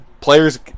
players